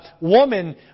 woman